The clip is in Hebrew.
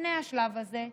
לפני השלב הזה,